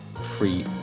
free